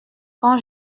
quand